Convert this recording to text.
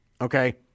Okay